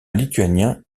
lituanien